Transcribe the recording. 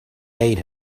made